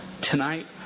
tonight